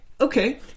okay